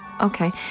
okay